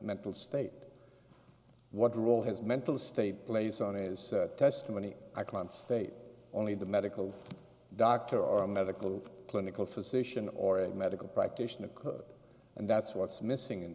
mental state what role his mental state plays on is testimony i can't state only the medical doctor or a medical clinical physician or a medical practitioner code and that's what's missing